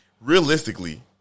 realistically